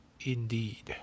indeed